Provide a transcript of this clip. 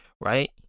Right